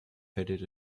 faded